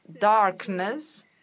darkness